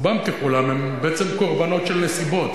רובם ככולם הם בעצם קורבנות של נסיבות,